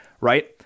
right